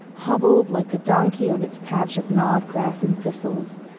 hobbled like a donkey on its patch of gnawed grass and thistles,